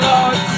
Lord